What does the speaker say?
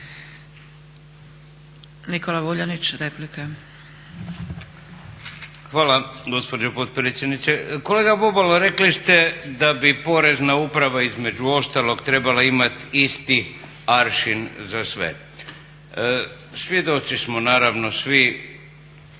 Nikola (Nezavisni)** Hvala gospođo potpredsjednice. Kolega Bubalo, rekli ste da bi Porezna uprava između ostalog trebala imati isti aršin za sve. Svjedoci smo naravno svi